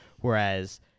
whereas